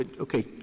okay